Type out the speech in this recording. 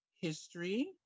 history